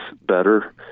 better